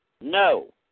no